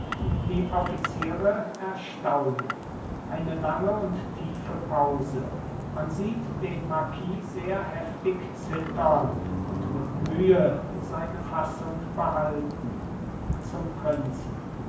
die offiziere erstaunen eine lange und tiefe pause man sieht den marquis sehr heftig zittern und mit mühe seine fassung behalten zum prinzen